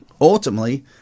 ultimately